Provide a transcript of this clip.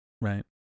Right